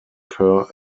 per